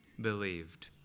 believed